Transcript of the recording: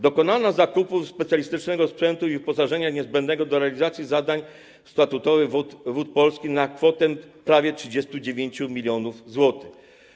Dokonano zakupu specjalistycznego sprzętu i wyposażenia niezbędnego do realizacji zadań statutowych Wód Polskich na kwotę prawie 39 mln zł.